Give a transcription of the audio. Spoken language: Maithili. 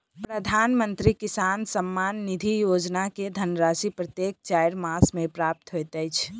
प्रधानमंत्री किसान सम्मान निधि योजना के धनराशि प्रत्येक चाइर मास मे प्राप्त होइत अछि